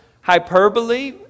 hyperbole